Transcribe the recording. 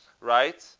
Right